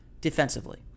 defensively